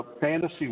fantasy